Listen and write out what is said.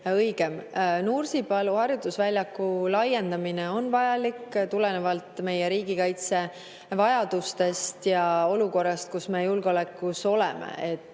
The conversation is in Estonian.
õigem. Nursipalu harjutusvälja laiendamine on vajalik tulenevalt meie riigikaitse vajadustest ja olukorrast, kus me julgeoleku mõttes